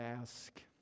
ask